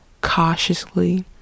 cautiously